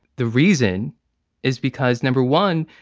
the reason is because no. one,